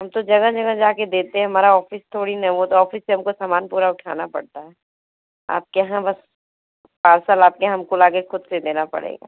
हम तो जगह जगह जाकर देते हैं हमारा ऑफिस थोड़ी न है वो तो ऑफिस से हमको समान पूरा उठाना पड़ता है आपके यहाँ बस पार्सल आपको हमको लाकर खुद से देना पड़ेगा